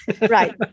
Right